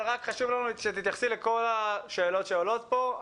אבל חשוב לנו שתתייחסי לכל השאלות שעולות פה.